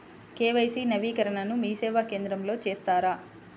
KYC నవీకరణని మీసేవా కేంద్రం లో చేస్తారా?